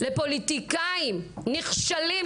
לפוליטיקאים נכשלים,